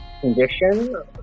condition